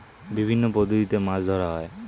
বিভিন্ন পদ্ধতিতে মাছ ধরা হয়